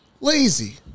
Lazy